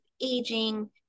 aging